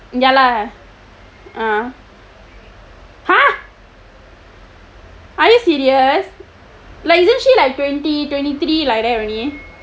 ya lah !huh! are you serious isn't she like twenty twenty three like that only